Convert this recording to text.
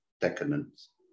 decadence